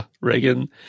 Reagan